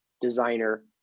designer